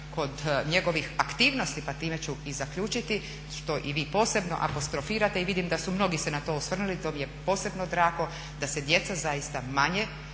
kod njegovih aktivnosti pa time ću i zaključiti što i vi posebno apostrofirate i vidim da su mnogi se na to osvrnuli to mi je posebno drago da se djeca zaista manje